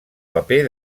paper